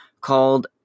called